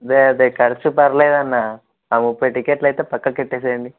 అదే అదే ఖర్చు పర్లేదు అన్న నాకు ముప్పై టిక్కెట్లు అయితే పక్కకు పెట్టేయ్యండి